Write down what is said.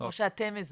כמו שאתם מזהים.